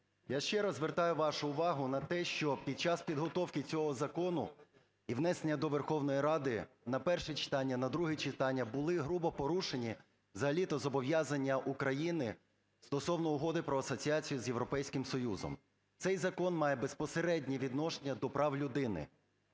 Я ще раз звертаю вашу увагу на те, що під час підготовки цього закону і внесення до Верховної Ради на перше читання, на друге читання, були грубо порушені взагалі-то зобов'язання України стосовно Угоди про асоціацію з Європейським Союзом. Цей закон має безпосереднє відношення до прав людини,